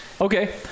Okay